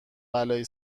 بلایی